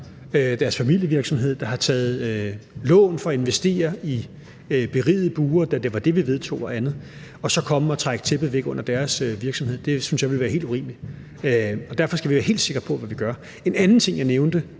med familievirksomhed, som har taget lån for at investere i berigede bure, da det var det, vi vedtog, og andet, så at komme og trække tæppet væk under deres virksomhed synes jeg ville være helt urimeligt. Derfor skal vi være helt sikre på, hvad vi gør. En anden ting, jeg nævnte,